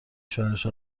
شوهرش